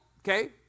okay